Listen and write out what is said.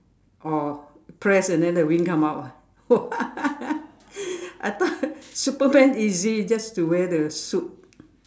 or press and then the wing come out ah !wah! I thought Superman easy just to wear the suit